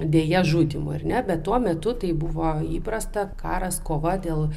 deja žudymui ar ne bet tuo metu tai buvo įprasta karas kova dėl